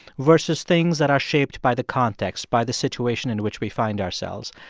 versus things that are shaped by the context, by the situation in which we find ourselves?